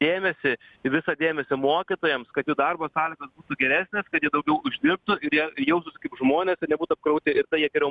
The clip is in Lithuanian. dėmesį į visą dėmesį mokytojams kad jų darbo sąlygos geresnės kad jie daugiau uždirbtų ir jie jaustųsi kaip žmonės ir nebūtų apkrauti ir tai jie geriau